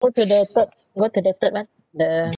go to the third go to the third [one] the